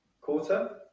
quarter